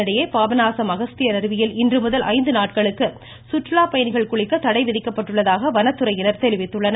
இதனிடையே பாபநாசம் அகஸ்தியர் அருவியில் இன்றுமுதல் ஐந்து நாட்களுக்கு சுற்றுலா பயணிகள் குளிக்க தடை விதிக்கப்பட்டுள்ளதாக வனத்துறையினர் தெரிவித்துள்ளனர்